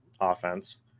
offense